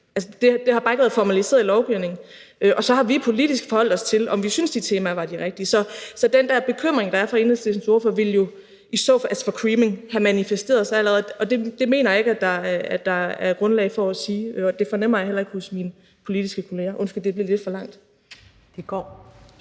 det har bare ikke været formaliseret i lovgivningen, og så har vi politisk forholdt os til, om vi syntes, de temaer var de rigtige. Så den der bekymring for creaming, som Enhedslistens ordfører har, ville jo i så fald have manifesteret sig allerede, og det mener jeg ikke at der er grundlag for at sige, og det fornemmer jeg heller ikke hos mine politiske kolleger. Undskyld, det blev lidt for langt. Kl.